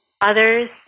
others